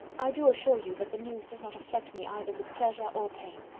i do assure you that the news does not affect me either with pleasure or pain.